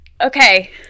Okay